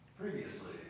previously